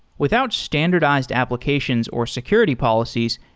without standardized applications or security policies,